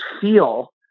feel